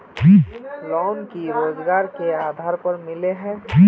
Loan की रोजगार के आधार पर मिले है?